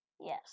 Yes